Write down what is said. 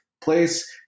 place